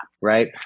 right